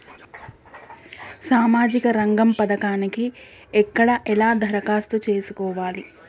సామాజిక రంగం పథకానికి ఎక్కడ ఎలా దరఖాస్తు చేసుకోవాలి?